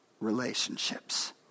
relationships